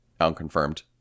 unconfirmed